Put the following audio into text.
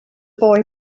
boy